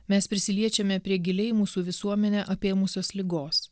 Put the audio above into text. mes prisiliečiame prie giliai mūsų visuomenę apėmusios ligos